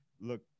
Look